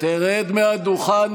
איאד אלחלאק,